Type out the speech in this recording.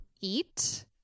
eat